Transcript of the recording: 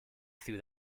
through